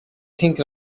think